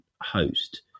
host